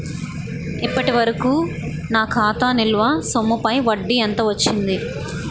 ఇప్పటి వరకూ నా ఖాతా నిల్వ సొమ్ముపై వడ్డీ ఎంత వచ్చింది?